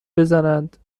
بزنند